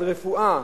על רפואה?